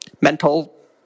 mental